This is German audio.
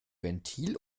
ventil